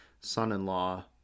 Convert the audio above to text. son-in-law